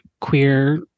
queer